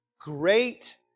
great